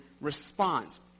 response